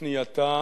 בפנייתה